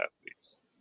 athletes